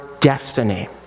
destiny